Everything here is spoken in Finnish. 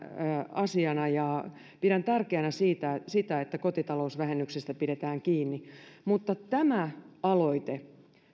asiana ja pidän tärkeänä sitä että kotitalousvähennyksestä pidetään kiinni mutta tämä aloite